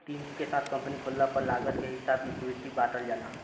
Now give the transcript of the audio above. team के साथे company खोलला पर लागत के हिसाब से इक्विटी बॉटल जाला